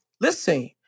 Listen